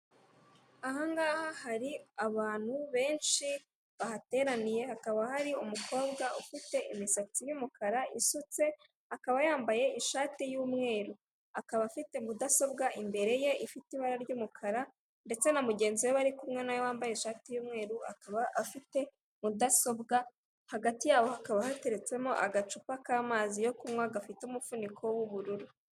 Aha ngaha hari abantu benshi bahateraniye, hakaba hari umukobwa ufite imisatsi y'umukara isutse, akaba yambaye ishati y'umweru. Akaba afite mudasobwa imbere ye ifite ibara ry'umukara ndetse na mugenzi we bari kumwe na we wambaye ishati y'umweru, akaba afite mudasobwa, hagati yabo hakaba hateretsemo agacupa k'amazi yo kunywa gafite umufuniko w'ubururu.